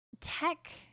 tech